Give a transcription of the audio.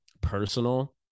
personal